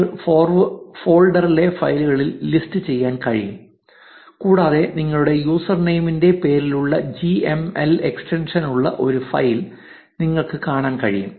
നിങ്ങൾക്ക് ഫോൾഡറിലെ ഫയലുകൾ ലിസ്റ്റ് ചെയ്യാൻ കഴിയും കൂടാതെ നിങ്ങളുടെ യൂസർ നെയിം ന്റെ പേരിലുള്ള ജി എം എൽ എക്സ്റ്റൻഷൻ ഉള്ള ഒരു ഫയൽ നിങ്ങൾക്ക് കാണാൻ കഴിയും